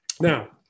Now